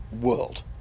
world